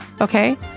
Okay